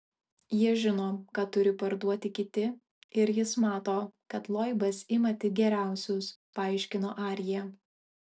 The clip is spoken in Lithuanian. jie žino ką turi parduoti kiti ir jis mato kad loibas ima tik geriausius paaiškino arjė